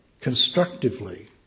constructively